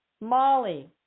Molly